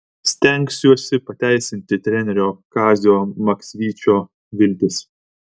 stengsiuosi pateisinti trenerio kazio maksvyčio viltis